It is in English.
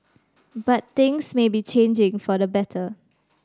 but things may be changing for the better